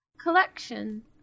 collection